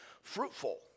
fruitful